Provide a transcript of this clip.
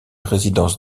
résidences